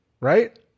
right